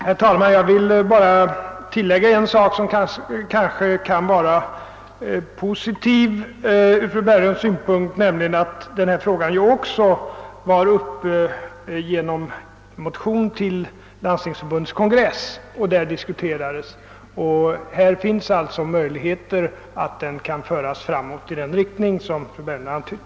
Herr talman! Jag vill bara göra ett tillägg, som kan vara positivt från fru Berglunds synpunkt, nämligen att denna fråga tagits upp i en motion till Landstingsförbundets kongress och även diskuterats där. Här finns alltså en möjlighet att frågan kan föras framåt 1 den riktning som fru Berglund antytt.